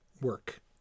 work